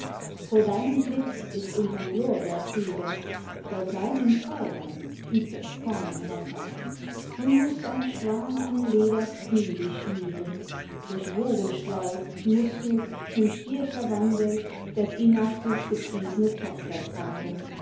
vor deinem blitz ist unterm lorbeer friede in den lorbeerbaum glaubten die alten schlage der blitz nicht vor seinen pfeilen giebt es keinen retter du mußt ein schwan an leda's knie dich schmiegen durch wogenschwall mußt du zum stier verwandelt des inachus gepries'ne tochter tragen